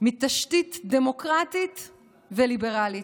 מתשתית דמוקרטית וליברלית.